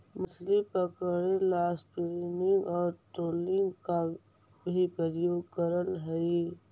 मछली पकड़े ला स्पिनिंग और ट्रोलिंग का भी प्रयोग करल हई